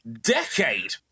decade